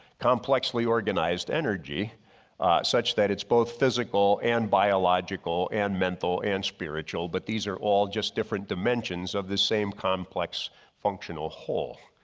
complexly organized energy such that it's both physical and biological and mental and spiritual, but these are all just different dimensions of the same complex functional whole.